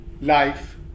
life